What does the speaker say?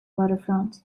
waterfront